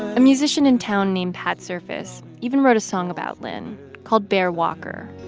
a musician in town named pat surface even wrote a song about lynn called bear walker.